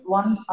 one